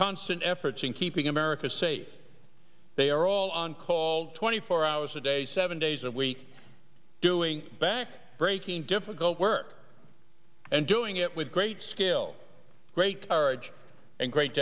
constant efforts in keeping america safe they are all on call twenty four hours a day seven days a week doing back breaking difficult work and doing it with great skill great hardship and great